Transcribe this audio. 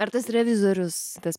ar tas revizorius tas